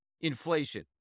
inflation